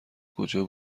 کجا